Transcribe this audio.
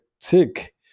sick